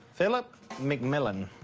phillip mcmillan.